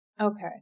Okay